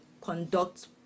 conduct